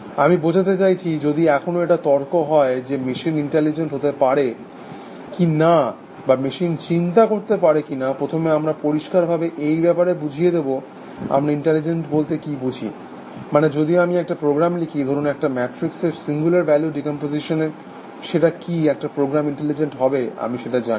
আমি বোঝাতে চাইছি যদি কখনও একটা তর্ক হয় যে মেশিন ইন্টেলিজেন্ট হতে পারে কিনা বা মেশিন চিন্তা করতে পারে কিনা প্রথমে আমরা পরিষ্কারভাবে এই ব্যাপারে বুঝিয়ে দেব আমরা ইন্টেলিজেন্ট বলতে কি বুঝি মানে যদি আমি একটা প্রোগ্রাম লিখি ধরুন একটা ম্যাট্রিক্স এর সিঙ্গুলার ভ্যালু ডিকম্পোজিশন সেটা কি একটা প্রোগ্রাম ইন্টেলিজেন্ট হবে আমি সেটা জানি না